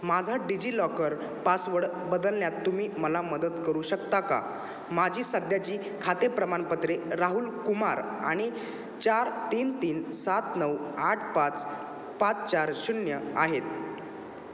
माझा DigiLocker password बदलण्यात तुम्ही मला मदत करू शकता का माझी सध्याची खाते प्रमाणपत्रे राहुल कुमार आणि चार तीन तीन सात नऊ आठ पाच पाच चार शून्य आहेत